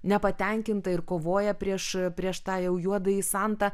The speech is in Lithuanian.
nepatenkinta ir kovoja prieš prieš tą jau juodąjį santą